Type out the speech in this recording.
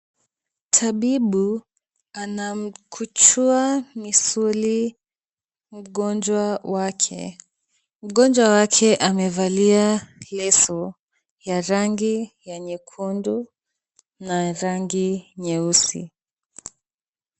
Tabibu anamkuchua misuli mgonjwa wake. Mgonjwa wake amevalia leso ya rangi ya nyekundu na rangi nyeusi.